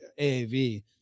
AAV